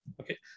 Okay